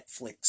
Netflix